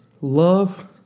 Love